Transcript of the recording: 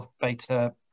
beta